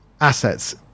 assets